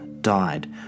died